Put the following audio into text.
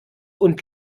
und